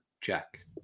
Jack